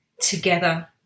together